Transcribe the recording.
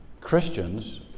Christians